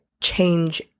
change